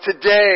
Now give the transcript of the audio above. today